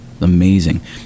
Amazing